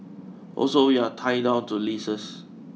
also we are tied down to leases